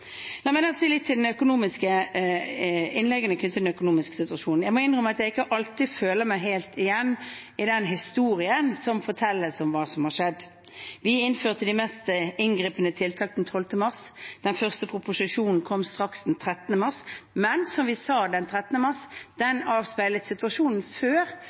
La meg si litt til innleggene som handlet om den økonomiske situasjonen: Jeg må innrømme at jeg ikke alltid kjenner meg helt igjen i den historien som fortelles om hva som har skjedd. Vi innførte de mest inngripende tiltakene den 12. mars. Den første proposisjonen kom straks, den 13. mars, men, som vi sa den 13. mars, den avspeilet situasjonen før